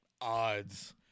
odds